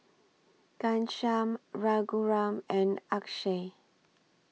Ghanshyam Raghuram and Akshay